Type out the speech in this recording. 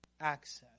access